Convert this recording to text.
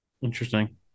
Interesting